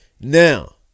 Now